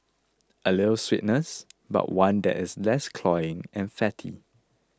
a little sweetness but one that is less cloying and fatty